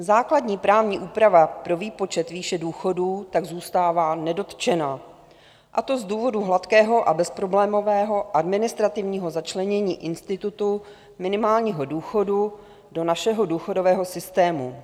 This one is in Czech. Základní právní úprava pro výpočet výše důchodů tak zůstává nedotčena, a to z důvodu hladkého a bezproblémového administrativního začlenění institutu minimálního důchodu do našeho důchodového systému.